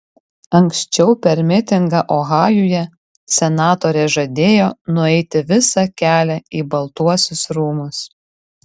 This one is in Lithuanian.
anksčiau per mitingą ohajuje senatorė žadėjo nueiti visą kelią į baltuosius rūmus